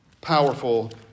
powerful